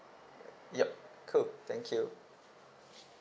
yup cool thank you